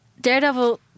Daredevil